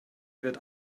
wird